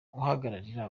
uhagararira